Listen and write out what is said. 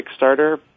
Kickstarter